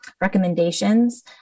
recommendations